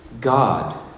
God